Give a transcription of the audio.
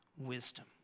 wisdom